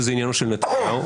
שזה עניינו של נתניהו,